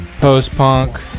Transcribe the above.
post-punk